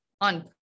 on